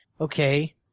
okay